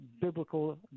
biblical